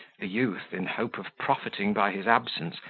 the youth, in hope of profiting by his absence,